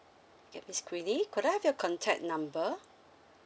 yup miss queenie could I have your contact number